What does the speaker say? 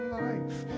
life